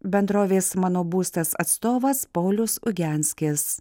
bendrovės mano būstas atstovas paulius ugianskis